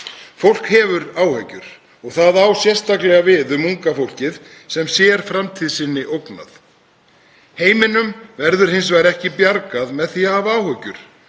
Fólk hefur áhyggjur og það á sérstaklega við um unga fólkið sem sér framtíð sinni ógnað. Heiminum verður hins vegar ekki bjargað með því hafa áhyggjur.